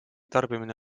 tarbimine